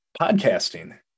podcasting